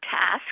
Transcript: task